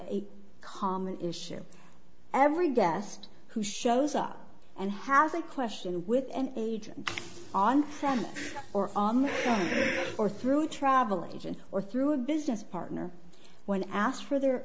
a common issue every guest who shows up and has a question with an agent on them or on or through travel agent or through a business partner when asked for their